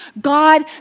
God